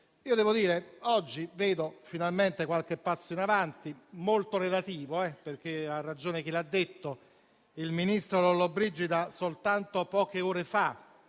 oggi vedo finalmente qualche passo in avanti, anche se molto relativo. Ha ragione chi ha detto che il ministro Lollobrigida soltanto poche ore fa